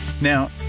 Now